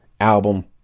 album